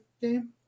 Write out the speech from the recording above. game